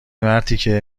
مرتیکه